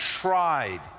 tried